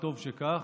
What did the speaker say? וטוב שכך,